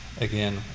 again